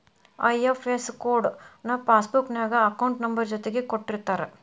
IFS code ನ passbook ನ್ಯಾಗ account number ಜೊತಿಗೆ ಕೊಟ್ಟಿರ್ತಾರ